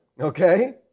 Okay